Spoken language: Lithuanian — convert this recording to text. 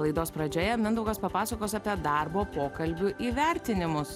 laidos pradžioje mindaugas papasakos apie darbo pokalbių įvertinimus